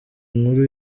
nkuru